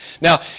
now